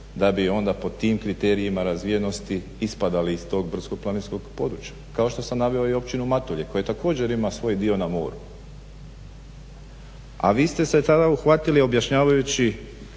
da bi onda po tim kriterijima razvijenosti ispadali iz tog brdsko-planinskog područja kao što sam naveo i općinu Matulje koje također ima svoj dio na moru. A vi ste se tada uhvatili objašnjavajući